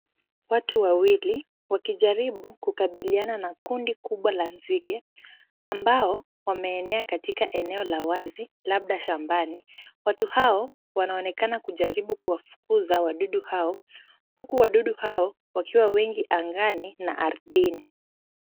Watu wawili wakijaribu kukabiliana na kundi kubwa la nzige ambao wameenea katika eneo la wazi labda shambani . Watu hao wanaonekana kujaribu kuwafukuza wadudu hao huku wadudu hao wakiwa wengi ardhini na angani.